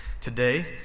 Today